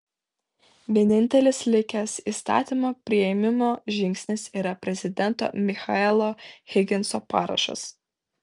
vienintelis likęs įstatymo priėmimo žingsnis yra prezidento michaelo higginso parašas